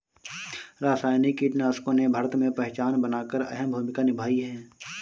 रासायनिक कीटनाशकों ने भारत में पहचान बनाकर अहम भूमिका निभाई है